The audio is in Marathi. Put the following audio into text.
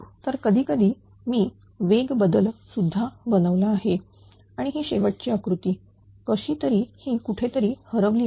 तर कधीकधी मी वेग बदल सुद्धा बनवला आहे आणि ही शेवटची आकृती कशी तरी ही कुठेतरी हरवली आहे